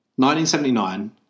1979